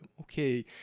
okay